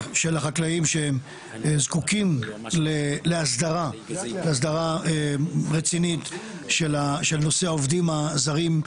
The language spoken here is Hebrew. החקלאים שהם זקוקים להסדרה רצינית של נושא העובדים הזרים,